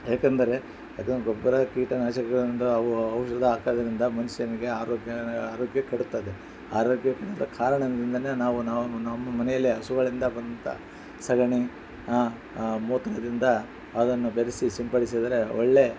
ಯಾಕೆಂದರೆ ಅದು ಗೊಬ್ಬರ ಕೀಟನಾಶಕಗಳಿಂದ ಅವು ಔಷಧ ಹಾಕೋದರಿಂದ ಮನುಷ್ಯನಿಗೆ ಆರೋಗ್ಯ ಆರೋಗ್ಯ ಕೆಡುತ್ತದೆ ಆರೋಗ್ಯ ಕೆಡದ ಕಾರಣದಿಂದಾನೆ ನಾವು ನಾವು ನಮ್ಮ ಮನೆಯಲ್ಲೇ ಹಸುಗಳಿಂದ ಬಂದಂಥ ಸಗಣಿ ಮೂತ್ರದಿಂದ ಅದನ್ನು ಬೆರಸಿ ಸಿಂಪಡಿಸಿದರೆ ಒಳ್ಳೇ